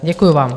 Děkuju vám.